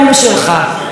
די.